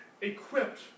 equipped